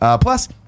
Plus